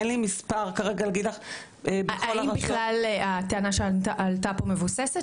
אין לי כרגע מספר להגיד לך --- האם הטענה שעלתה פה היא בכלל מבוססת?